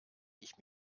ich